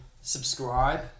subscribe